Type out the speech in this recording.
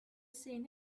seen